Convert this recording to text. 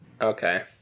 Okay